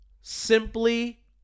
Simply